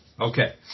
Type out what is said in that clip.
Okay